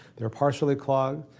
they're partially clogged.